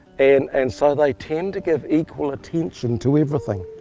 and and so they tend to give equal attention to everything,